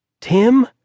Tim